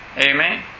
Amen